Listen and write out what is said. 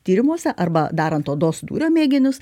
tyrimuose arba darant odos dūrio mėginius